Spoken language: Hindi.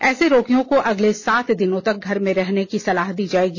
ऐसे रोगियों को अगले सात दिन तक घर में अलग रहने की सलाह दी जाएगी